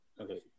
Okay